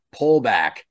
pullback